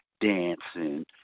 dancing